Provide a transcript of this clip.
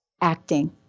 acting